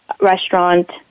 restaurant